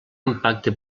impacte